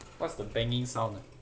what's the banging sound ah